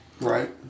Right